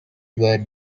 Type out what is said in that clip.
were